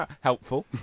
Helpful